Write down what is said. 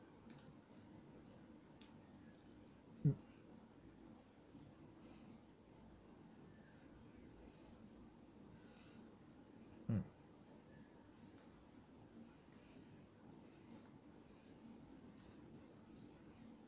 mm mm